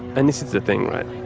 and this is the thing right,